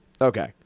Okay